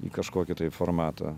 į kažkokį tai formatą